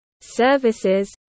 Services